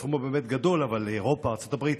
הסכום הוא באמת גדול, אבל אירופה וארצות הברית